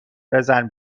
بزن